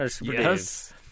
Yes